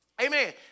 Amen